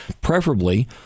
preferably